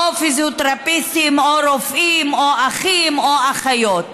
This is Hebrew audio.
פיזיותרפיסטים או רופאים או אחים או אחיות.